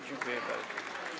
Dziękuję bardzo.